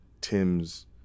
Tim's